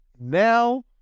Now